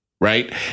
right